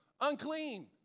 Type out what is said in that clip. Unclean